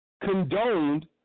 condoned